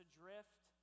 drift